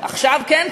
עכשיו כן,